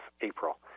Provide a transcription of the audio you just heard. April